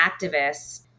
activists